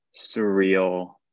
surreal